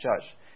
judge